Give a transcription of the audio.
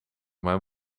mijn